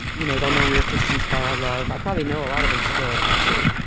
you know they'll know we are christians by our love. i probably know a lot of them still, actually.